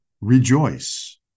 rejoice